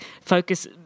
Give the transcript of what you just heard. focus